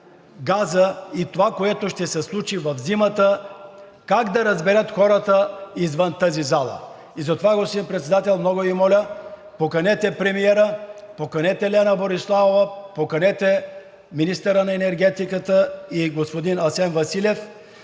газа и това, което ще се случи в зимата, как да разберат хората извън тази зала? Затова, господин Председател, много Ви моля, поканете премиера, поканете Лена Бориславова, поканете министъра на енергетиката и господин Асен Василев.